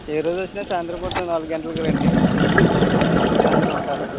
ఏ రోజు వచ్చినా సాయంత్రం పూట నాలుగు గంటలకి రండి పిల్లలు అందరూ ఉంటారు